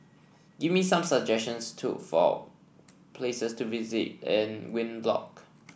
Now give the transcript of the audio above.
give me some suggestions took for places to visit in Windhoek